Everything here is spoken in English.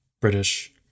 British